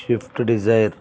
shift Dzire